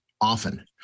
often